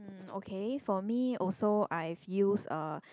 um okay for me also I've use uh